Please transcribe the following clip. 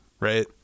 right